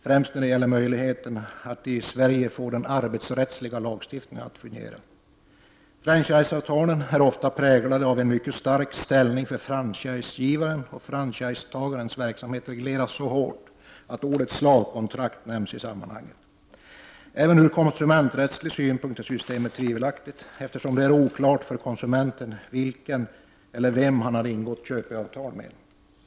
Det har främst gällt möjligheterna att i Sverige få den arbetsrättsliga lagstiftningen att fungera för denna modell. Franchiseavtalen är ofta präglade av en mycket stark ställning för franchisegivaren, och franchisetagarens verksamhet regleras så hårt att ordet slavkontrakt nämns i sammanhanget. Även från konsumenträttslig synpunkt är systemet tvivelaktigt, eftersom det är oklart för konsumenten vem det är han har ingått köpeavtal med.